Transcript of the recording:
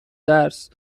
درس